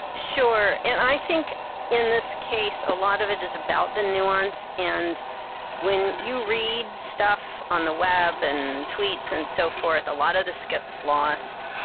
sure, and i think in this case, a lot of it is about the nuance. and when you read stuff on the web and tweets and so forth, a lot of this gets lost.